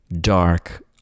dark